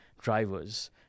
drivers